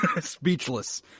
Speechless